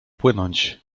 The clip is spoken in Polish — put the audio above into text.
płynąć